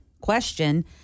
question